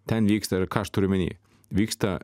ten vyksta ir ką aš turiu omeny vyksta